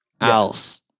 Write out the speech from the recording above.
else